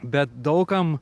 bet daug kam